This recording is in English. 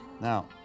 Now